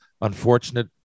unfortunate